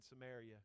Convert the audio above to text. samaria